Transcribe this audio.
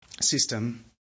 system